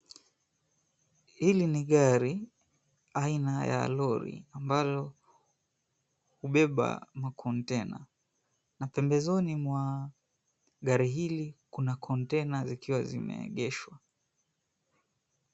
Hili ni gari aina ya lori ambalo hubeba makontena. Na pembezoni mwa gari hili kuna kontena zikiwa zimeegeshwa.